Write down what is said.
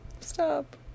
stop